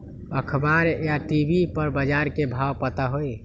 अखबार या टी.वी पर बजार के भाव पता होई?